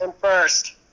first